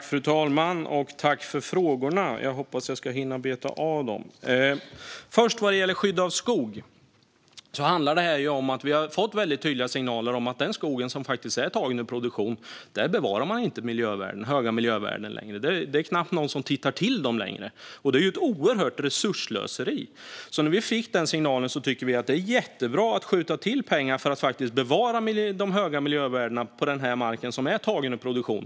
Fru talman! Tack, Maria Gardfjell, för frågorna! Jag hoppas att jag hinner beta av dem. Först vad gäller skydd av skog har vi fått en väldigt tydlig signal om att man inte längre bevarar höga miljövärden i skog som är tagen ur produktion. Det är knappt någon som tittar till den längre. Detta är ett oerhört resursslöseri, så när vi fick den signalen tyckte vi att det var jättebra att skjuta till pengar för att bevara de höga miljövärdena på mark som är tagen ur produktion.